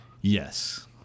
yes